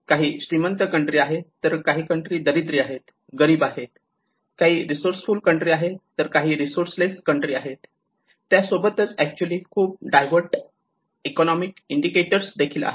काही कंट्री श्रीमंत आहेत तर काही कंट्री दरिद्री आहेत गरीब आहेत काही रिसोर्स फुल कंट्री आहे तर काही रिसोर्स लेस कंट्री आहेत त्यासोबतच ऍक्च्युली खूप डायव्हर्ट इकॉनोमिक इंडिकेटर देखील आहेत